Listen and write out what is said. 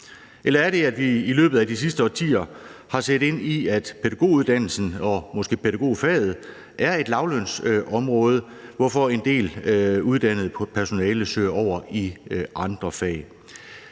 Eller er det, at vi i løbet af de sidste årtier har set ind i, at pædagoguddannelsen og måske pædagogfaget er et lavtlønsområde, hvorfor en del uddannet personale søger over i andre fag?